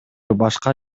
башка